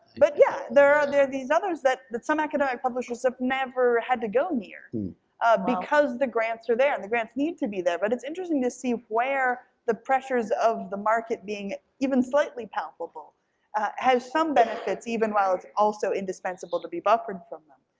but yeah, there are these others that that some academic publishers have never had to go near because the grants are there. and the grants need to be there, but it's interesting to see where the pressures of the market being even slightly palpable has some benefits, even while it's also indispensable to be buffered from them.